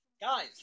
Guys